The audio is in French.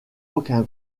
aucun